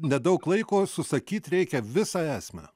nedaug laiko susakyt reikia visą esmę